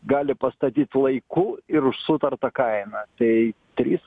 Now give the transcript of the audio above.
gali pastatyt laiku ir už sutartą kainą tai trys